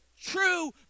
true